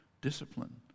discipline